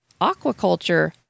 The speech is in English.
Aquaculture